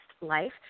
life